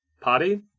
Party